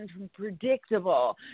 unpredictable